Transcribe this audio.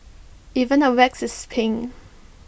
even the wax is pink